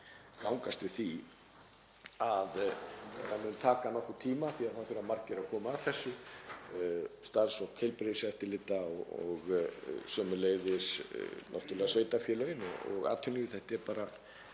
gangast við því að þetta mun taka nokkurn tíma því að það þurfa margir að koma að þessu; starfsfólk heilbrigðiseftirlita og sömuleiðis náttúrlega sveitarfélögin og atvinnulífið. Þetta er bara